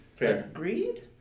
Agreed